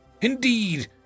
Indeed